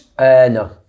No